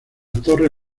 torre